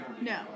No